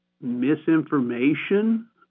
misinformation